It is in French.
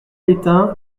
étain